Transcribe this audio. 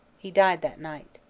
he died that night.